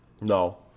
No